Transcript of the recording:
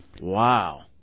Wow